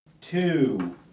two